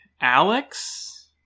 Alex